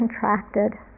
contracted